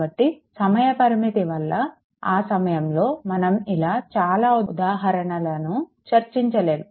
కాబట్టి సమయ పరిమితి వల్ల ఆ సమయంలో మనం ఇలా చాలా ఉదాహరణలను చర్చించలేము